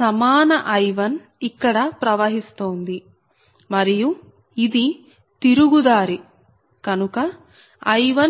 సమాన I1 ఇక్కడ ప్రవహిస్తోంది మరియు ఇది తిరుగు దారి కనుక I11 I20